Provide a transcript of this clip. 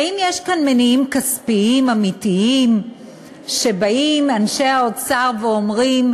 האם יש כאן מניעים כספיים אמיתיים שבאים אנשי האוצר ואומרים: